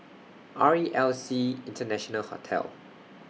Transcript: R E L C International Hotel